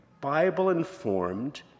Bible-informed